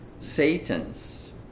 Satan's